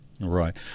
right